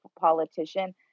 politician